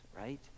Right